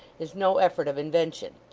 is no effort of invention.